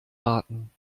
warten